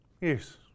Yes